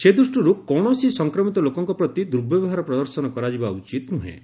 ସେ ଦୃଷ୍ଟିରୁ କୌଣସି ସଂକ୍ରମିତ ଲୋକଙ୍କ ପ୍ରତି ଦୂର୍ବ୍ୟବହାର ପ୍ରଦର୍ଶନ କରାଯିବା ଉଚିତ୍ ନୁହେଁ